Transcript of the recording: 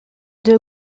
deux